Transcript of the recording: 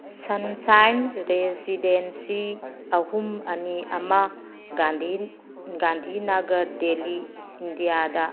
sunshine residency ꯑꯍꯨꯝ ꯑꯅꯤ ꯑꯃ ꯒꯥꯟꯙꯤ ꯅꯥꯒꯔ ꯗꯦꯜꯂꯤ ꯏꯟꯗꯤꯌꯥꯗ